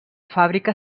fàbrica